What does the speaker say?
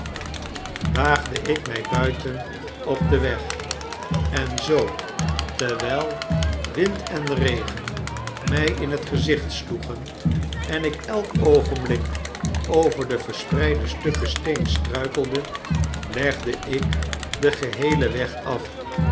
waagde ik my buiten op en weg en zoo terwyl wind en regen my in het gezicht sloegen en ik elk oogenblik over de verspreide stukken steen struikelde legde ik den geheelen weg af